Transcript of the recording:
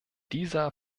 dieser